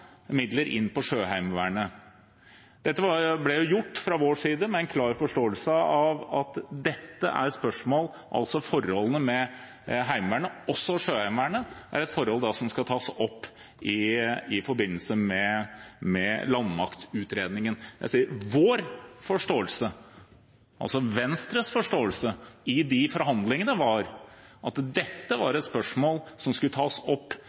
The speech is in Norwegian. midler til Sjøheimevernet. Dette ble gjort fra vår side med en klar forståelse av at dette – altså forholdene med Heimevernet, også Sjøheimevernet – er forhold som skal tas opp i forbindelse med landmaktutredningen. Jeg sier «vår» forståelse. Venstres forståelse i de forhandlingene var at dette var et spørsmål som skulle tas opp